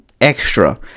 Extra